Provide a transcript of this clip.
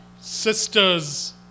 sisters